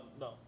no